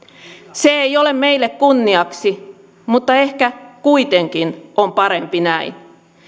se ei ole meille kunniaksi mutta ehkä kuitenkin on parempi näin